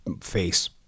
face